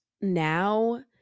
now